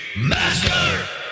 Master